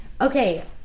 Okay